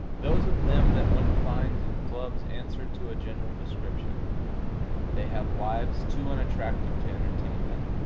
those of them that one finds in clubs answer to a general description they have wives too unattractive to entertain them,